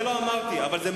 לא אמרתי את זה.